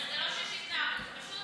זה לא שוויתרנו, פשוט